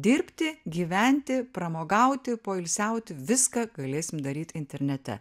dirbti gyventi pramogauti poilsiauti viską galėsim daryt internete